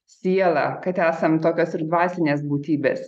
sielą kad esam to kas ir dvasinės būtybės